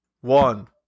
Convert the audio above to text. One